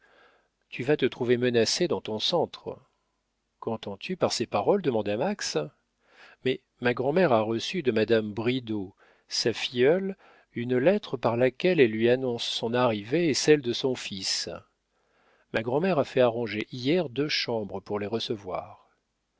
tu vas te trouver menacé dans ton centre quentends tu par ces paroles demanda max mais ma grand'mère a reçu de madame bridau sa filleule une lettre par laquelle elle lui annonce son arrivée et celle de son fils ma grand'mère a fait arranger hier deux chambres pour les recevoir